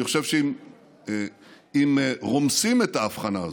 אני חושב שאם רומסים את ההבחנה הזאת,